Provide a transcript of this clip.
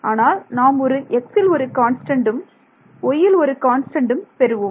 ஆனால் நாம் ஒரு xல் ஒரு கான்ஸ்டன்ட்டும் yல் ஒரு கான்ஸ்டன்ட்டும் பெறுவோம்